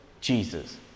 Jesus